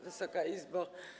Wysoka Izbo!